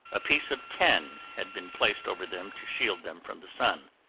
a piece of tin had been placed over them to shield them from the sun.